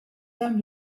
dame